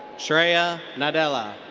sreya nadella.